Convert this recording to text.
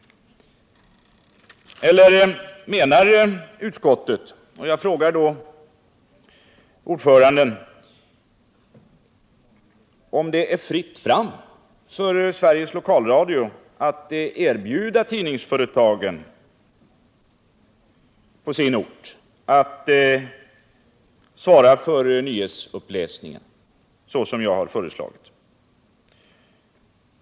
Eller menar utskottet — jag ställer den frågan till dess ordförande — att det är fritt fram för lokalradion att erbjuda tidningsföretagen på orten att svara för nyhetsuppläsningen, såsom jag har föreslagit.